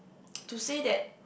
to say that